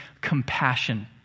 compassion